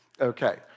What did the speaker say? Okay